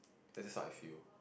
that is what I feel